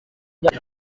myaka